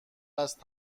است